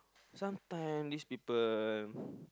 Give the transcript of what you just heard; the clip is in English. sometime this people